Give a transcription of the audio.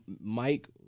Mike